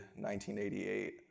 1988